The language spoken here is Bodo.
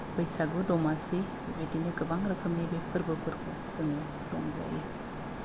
बैसागु दमासि बेबायदिनो गोबां रोखोमनि बे फोरबोफोरखौ जोङो रंजायो